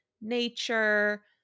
nature